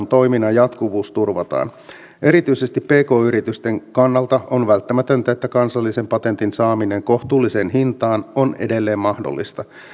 toiminnan jatkuvuus turvataan erityisesti pk yritysten kannalta on välttämätöntä että kansallisen patentin saaminen kohtuulliseen hintaan on edelleen mahdollista